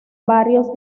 barrios